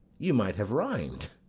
you might have rhymed.